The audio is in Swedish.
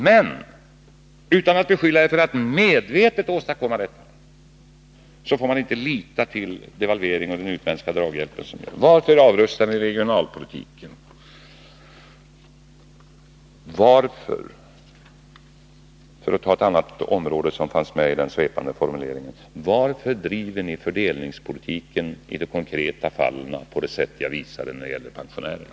Men utan att beskylla er för att medvetet åstadkomma arbetslöshet vill jag säga att man inte får lita till devalveringen och den utländska draghjälpen som ni gör. Varför avrustar ni regionalpolitiken? För att ta ett annat exempel som fanns med i den svepande formuleringen: Varför driver ni fördelningspolitiken i de konkreta fallen på det sätt jag visade när det gäller pensionärerna?